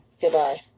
Goodbye